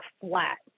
flat